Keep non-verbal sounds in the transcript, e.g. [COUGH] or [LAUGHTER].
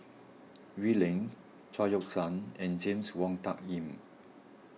[NOISE] Wee Lin Chao Yoke San and James Wong Tuck Yim